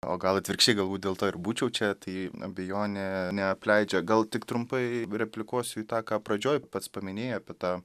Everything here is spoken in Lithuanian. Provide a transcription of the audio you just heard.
o gal atvirkščiai galbūt dėl to ir būčiau čia tai abejonė neapleidžia gal tik trumpai replikuosiu į tą ką pradžioj pats paminėjai apie tą